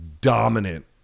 dominant